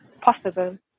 possible